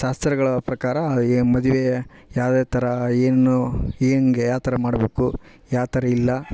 ಶಾಸ್ತ್ರಗಳ ಪ್ರಕಾರ ಎ ಮದುವೆ ಯಾವ್ಯಾವ ಥರ ಏನೂ ಹೆಂಗೆ ಆ ಥರ ಮಾಡಬೇಕು ಯಾವ್ತರ ಇಲ್ಲ